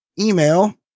email